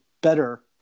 better